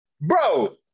Bro